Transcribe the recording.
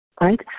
right